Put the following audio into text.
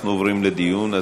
אנחנו עוברים לדיון.